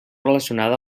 relacionada